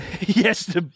Yes